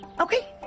Okay